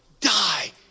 die